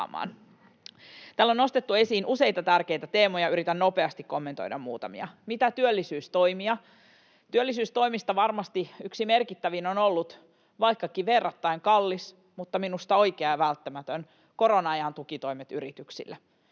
Täällä on nostettu esiin useita tärkeitä teemoja. Yritän nopeasti kommentoida muutamia. Mitä työllisyystoimia on tehty? Työllisyystoimista varmasti yksi merkittävin on ollut — vaikkakin verrattain kallis mutta minusta oikea ja välttämätön — korona-ajan tukitoimet yrityksille.